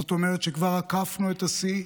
זאת אומרת שכבר עקפנו את השיא,